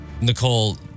Nicole